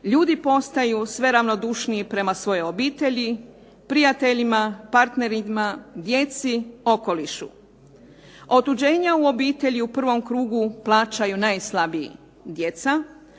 ljudi postaju sve ravnodušniji prema svojoj obitelji, prijateljima, partnerima, djeci, okolišu. Otuđenja u obitelji u prvom krugu plaćaju najslabiji, djeca,